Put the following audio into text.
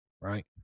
right